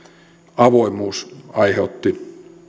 avoimuus aiheutti